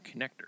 connector